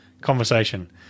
conversation